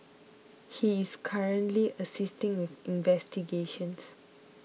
he is currently assisting with investigations